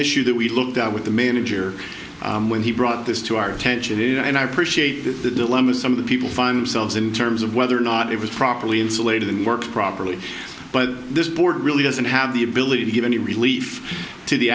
issue that we looked at with the manager when he brought this to our attention and i appreciate that the dilemma some of the people find themselves in terms of whether or not it was properly insulated and work properly but this board really doesn't have the ability to give any relief to the